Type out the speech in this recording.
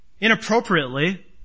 Inappropriately